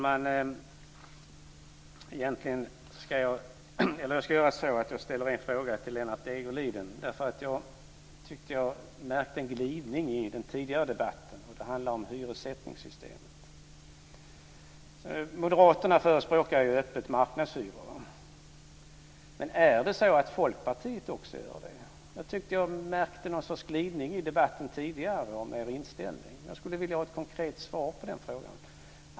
Fru talman! Jag ska göra så att jag ställer en fråga till Lennart Degerliden, därför att jag tyckte att jag märkte en glidning i den tidigare debatten. Det handlar om hyressättningssystemet. Moderaterna förespråkar ju öppet marknadshyror. Gör Folkpartiet också det? Jag tyckte att jag märkte någon sorts glidning i inställningen tidigare i debatten. Jag skulle vilja ha ett konkret svar på den frågan.